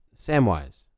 Samwise